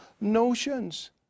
notions